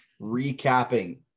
recapping